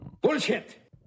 Bullshit